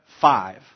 five